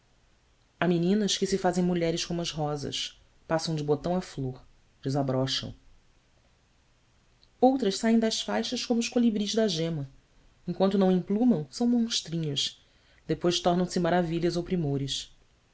há meninas que se fazem mulheres como as rosas passam de botão à flor desabrocham outras saem das faixas como os colibris da gema enquanto não emplumam são monstrinhos depois tornam se maravilhas ou primores